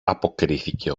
αποκρίθηκε